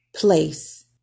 Place